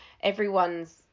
everyone's